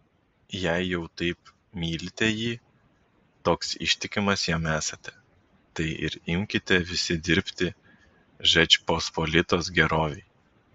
jei jau taip mylite jį toks ištikimas jam esate tai ir imkite visi dirbti žečpospolitos gerovei